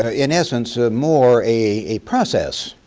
ah in essence, ah more a process